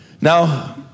Now